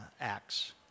acts